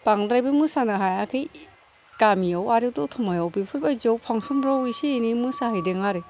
बांद्रायबो मोसानो हायाखै गामियाव आरो दत'मायाव बेफोर बायदियाव फांसन फ्राव एसे एनै मोसाहैदों आरो